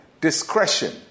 discretion